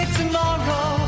tomorrow